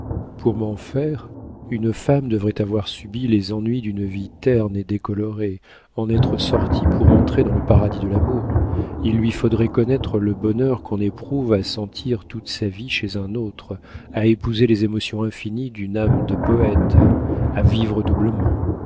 pour m'en faire une femme devrait avoir subi les ennuis d'une vie terne et décolorée en être sortie pour entrer dans le paradis de l'amour il lui faudrait connaître le bonheur qu'on éprouve à sentir toute sa vie chez un autre à épouser les émotions infinies d'une âme de poète à vivre